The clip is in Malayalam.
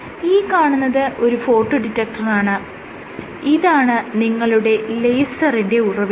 ഈ കാണുന്നത് ഒരു ഫോട്ടോ ഡിറ്റക്ടറാണ് ഇതാണ് നിങ്ങളുടെ ലേസറിന്റെ ഉറവിടം